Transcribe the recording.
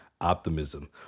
optimism